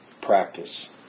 practice